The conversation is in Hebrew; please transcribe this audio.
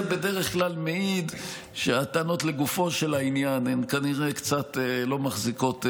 זה בדרך כלל מעיד שהטענות לגופו של עניין קצת לא מחזיקות מים.